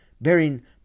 bearing